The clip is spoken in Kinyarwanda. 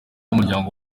umuryango